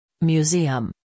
Museum